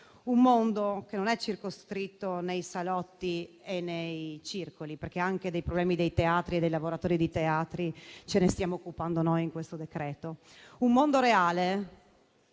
Un mondo che non è circoscritto nei salotti e nei circoli, perché anche dei problemi dei teatri e dei lavoratori dei teatri ci stiamo occupando noi in questo decreto. Un mondo reale